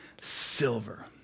silver